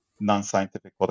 non-scientific